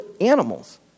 animals